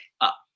up